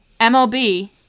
mlb